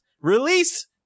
release